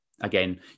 Again